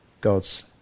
God's